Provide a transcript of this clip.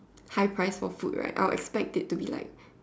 high price for food right I'll expect it to be like